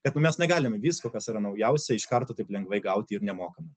kad mes nu negalime visko kas yra naujausia iš karto taip lengvai gauti ir nemokamai